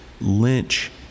Lynch